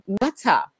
matter